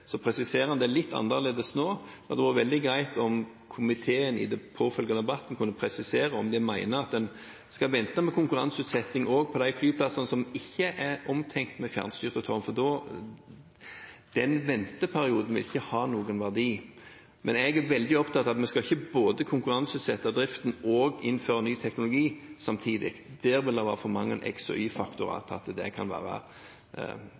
Så presiserer han det litt annerledes nå. Det hadde vært veldig greit om komiteen i den påfølgende debatten kunne presisere om de mener at en skal vente med konkurranseutsetting også av de flyplassene som ikke er tenkt med fjernstyrte tårn, for den venteperioden vil ikke ha noen verdi. Jeg er veldig opptatt av at vi ikke skal både konkurranseutsette driften og samtidig innføre ny teknologi. Det vil være for mange x- og y-faktorer til at det kan være